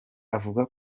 avuga